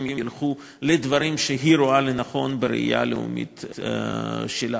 ילכו לדברים שהיא רואה לנכון בראייה הלאומית שלה,